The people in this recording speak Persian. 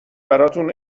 براتون